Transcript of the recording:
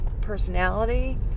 personality